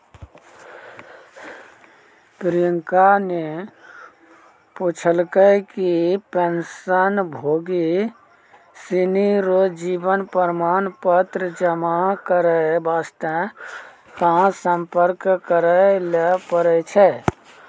प्रियंका ने पूछलकै कि पेंशनभोगी सिनी रो जीवन प्रमाण पत्र जमा करय वास्ते कहां सम्पर्क करय लै पड़ै छै